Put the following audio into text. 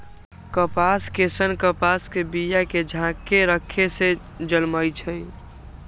कपास के सन्न कपास के बिया के झाकेँ रक्खे से जलमइ छइ